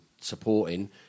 supporting